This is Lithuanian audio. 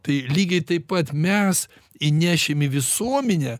tai lygiai taip pat mes įnešim į visuomenę